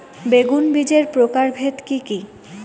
বেগুন বীজের প্রকারভেদ কি কী?